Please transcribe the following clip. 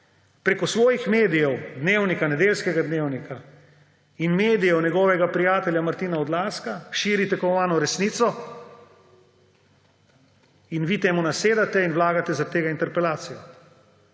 Prek svojih medijev, Dnevnika, Nedeljskega dnevnika, in medijev svojega prijatelja Martina Odlazka širi tako imenovano resnico in vi temu nasedate in vlagate zaradi tega interpelacijo.